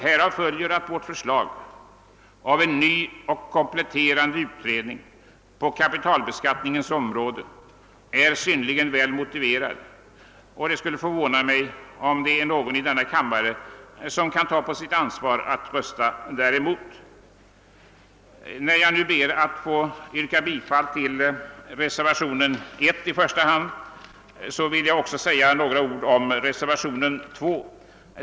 Härav följer att vårt förslag om en ny och kompletterande utredning på kapitalbeskattningens område är synnerligen väl motiverat, och det skulle förvåna mig om någon i denna kammare kan taga på sig ansvaret att rösta däremot. När jag nu ber att få yrka bifall till reservationen 1 i första hand, vill jag också säga några ord om reservationen 2.